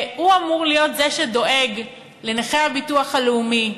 שהוא אמור להיות זה שדואג לנכי הביטוח הלאומי,